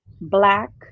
Black